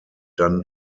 dann